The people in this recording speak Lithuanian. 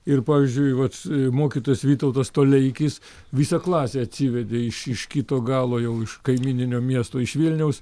ir pavyzdžiui vat mokytojas vytautas toleikis visą klasę atsivedė iš iš kito galo jau iš kaimyninio miesto iš vilniaus